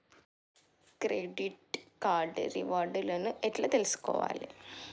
Credit card reward లను ఎట్ల తెలుసుకోవాలే?